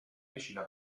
vicina